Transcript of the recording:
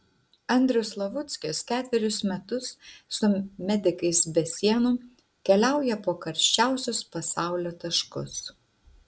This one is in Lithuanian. andrius slavuckis ketverius metus su medikais be sienų keliauja po karščiausius pasaulio taškus